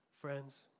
Friends